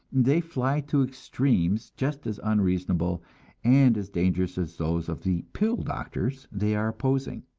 they fly to extremes just as unreasonable and as dangerous as those of the pill doctors they are opposing.